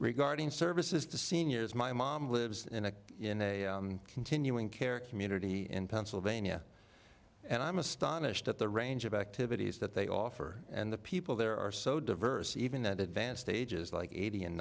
regarding services to seniors my mom lives in a in a continuing care community in pennsylvania and i'm astonished at the range of activities that they offer and the people there are so diverse even that advanced ages like eighty and